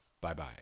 Bye-bye